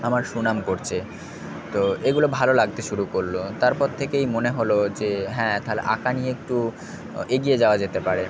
আমার সুনাম করছে তো এগুলো ভালো লাগতে শুরু করলো তারপর থেকেই মনে হলো যে হ্যাঁ তাহলে আঁকা নিয়ে একটু এগিয়ে যাওয়া যেতে পারে